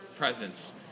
presence